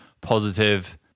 positive